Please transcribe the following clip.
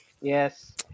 Yes